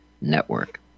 Network